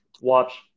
watch